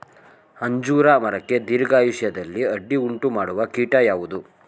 ಅಂಜೂರ ಮರಕ್ಕೆ ದೀರ್ಘಾಯುಷ್ಯದಲ್ಲಿ ಅಡ್ಡಿ ಉಂಟು ಮಾಡುವ ಕೀಟ ಯಾವುದು?